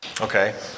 Okay